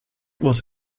was